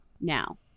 Now